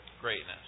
greatness